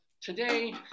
today